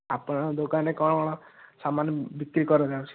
ଆପଣ ଦୋକାନରେ କ'ଣ ସାମାନ ବିକ୍ରି କରାଯାଉଛି